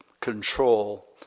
control